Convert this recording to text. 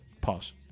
Pause